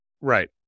Right